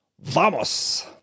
Vamos